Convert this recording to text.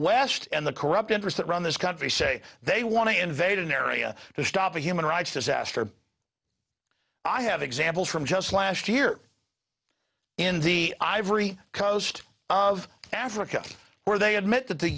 west and the corrupt interest that run this country say they want to invade an area to stop a human rights disaster i have examples from just last year in the ivory coast of africa where they admit that the